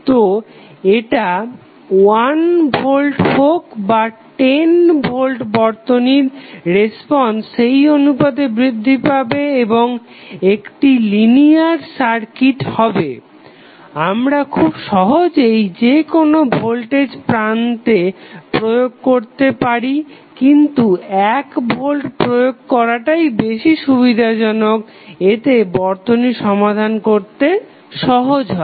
তো এটা 1 ভোল্ট হোক বা 10 ভোল্ট বর্তনীর রেসপন্স সেই অনুপাতে বৃদ্ধি পাবে এবং একটি লিনিয়ার সার্কিট হবে আমরা খুব সহজেই যেকোনো ভোল্টেজ প্রান্তে প্রয়োগ করতে পারি কিন্তু 1 ভোল্ট প্রয়োগ করাটাই বেশি সুবিধাজনক কারণ এতে বর্তনী সমাধান করতে সহজ হয়